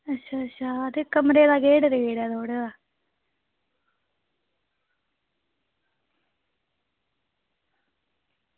अच्छा अच्छा ते कमरे दा केह् रेट ऐ थुआढ़े दा